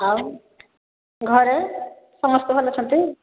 ଆଉ ଘରେ ସମସ୍ତେ ଭଲ ଅଛନ୍ତି